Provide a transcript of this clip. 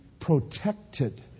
protected